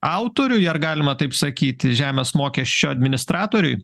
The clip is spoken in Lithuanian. autoriui ar galima taip sakyti žemės mokesčio administratoriui